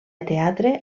teatre